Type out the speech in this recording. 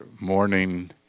morning